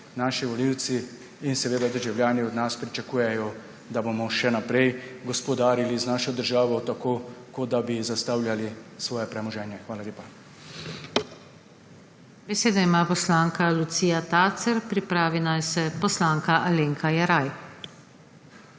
Naš volivci in državljani od nas pričakujejo, da bomo še naprej gospodarili z našo državo tako, kot da bi zastavljali svoje premoženje. Hvala lepa. PODPREDSEDNICA NATAŠA SUKIČ: Besedo ima poslanka Lucija Tacer, pripravi naj se poslanka Alenka Jeraj.